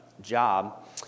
job